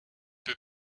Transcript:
peu